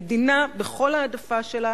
המדינה, בכל העדפה שלה,